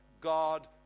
God